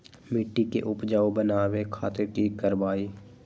मिट्टी के उपजाऊ बनावे खातिर की करवाई?